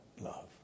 love